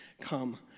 come